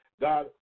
God